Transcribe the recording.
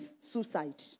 suicide